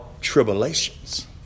tribulations